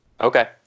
okay